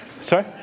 Sorry